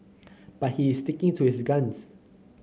but he is sticking to his guns